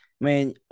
man